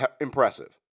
impressive